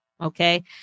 Okay